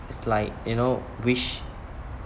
it's like you know wish